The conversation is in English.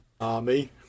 army